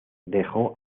dejó